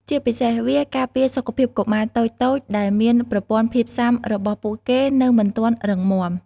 ជាពិសេស វាការពារសុខភាពកុមារតូចៗដែលមានប្រព័ន្ធភាពស៊ាំរបស់ពួកគេនៅមិនទាន់រឹងមាំ។